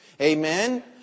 Amen